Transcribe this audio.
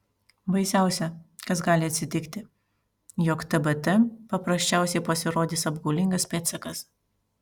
baisiausia kas gali atsitikti jog tbt paprasčiausiai pasirodys apgaulingas pėdsakas